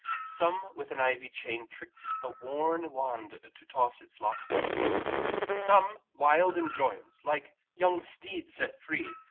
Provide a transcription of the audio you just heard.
some with an ivy chain tricked a worn wand to toss its locks again some, wild in joyance, like young steeds set free,